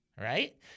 right